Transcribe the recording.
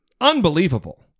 Unbelievable